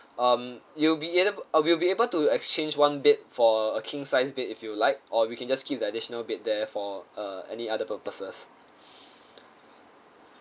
um you will be get we will be able to exchange one bed for a king size bed if you'd like or we can just keep the additional bed there for uh any other purposes